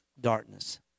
darkness